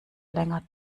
länger